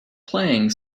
playing